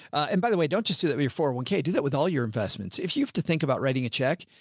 and by the way, don't just do that before one can do that with all your investments. if you have to think about writing a check,